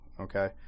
Okay